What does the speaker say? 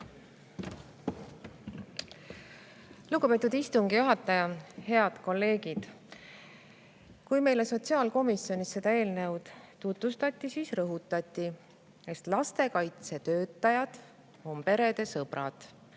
Lugupeetud istungi juhataja! Head kolleegid! Kui meile sotsiaalkomisjonis seda eelnõu tutvustati, siis rõhutati, et lastekaitsetöötajad on perede sõbrad,